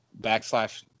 backslash